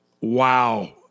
wow